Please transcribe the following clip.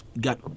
got